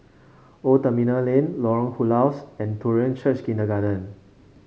Old Terminal Lane Lorong Halus and Korean Church Kindergarten